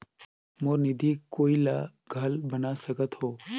मोर निधि कोई ला घल बना सकत हो?